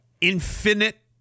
infinite